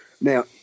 Now